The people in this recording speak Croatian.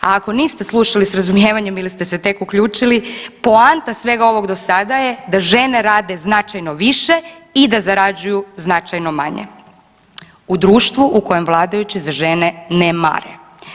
A ako niste slušali s razumijevanjem ili ste se tek uključili, poanta svega ovog do sada da žene rade značajno više i da zarađuju značajno manje u društvu u kojem vladajući za žene ne mare.